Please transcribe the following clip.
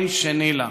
אין שני לה,